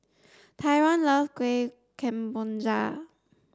Tyron love Kuih Kemboja